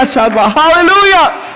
Hallelujah